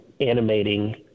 animating